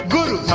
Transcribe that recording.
Guru